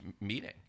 meeting